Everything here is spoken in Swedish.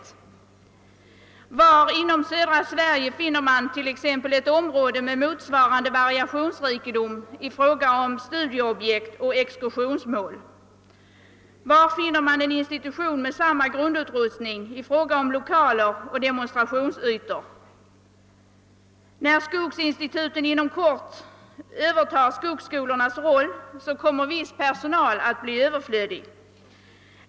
Var inom södra Sverige finner man ett område med motsvarande variationsrikedom i fråga om studieobjekt och exkursionsmål? Var finner man en institution med samma grundutrustning i fråga om lokaler och demonstrationsytor? När skogsinstituten inom kort övertar skogsskolornas roll, kommer viss personal att bli överflödig.